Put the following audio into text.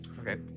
Okay